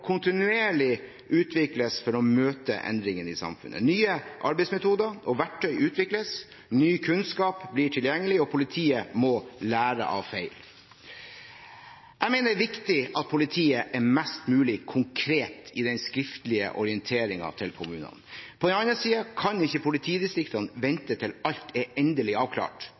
kontinuerlig utvikles for å møte endringene i samfunnet. Nye arbeidsmetoder og verktøy utvikles, ny kunnskap blir tilgjengelig og politiet må lære av feil. Jeg mener det er viktig at politiet er mest mulig konkret i den skriftlige orienteringen til kommunene. På den andre siden kan ikke politidistriktene vente til alt er endelig avklart.